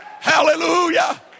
Hallelujah